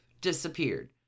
Disappeared